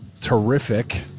terrific